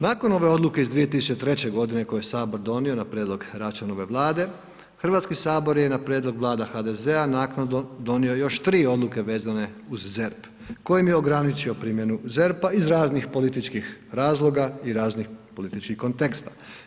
Nakon ove odluke iz 2003. godine koju je sabor donio na prijedlog Račanove vlade, Hrvatski sabor je na prijedlog vlada HDZ-a naknadno donio još 3 odluke vezane uz ZERP, kojim je ograničio primjenu ZERP-a iz raznih političkih razloga i raznih političkih konteksta.